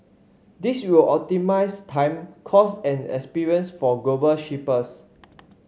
this will time cost and experience for global shippers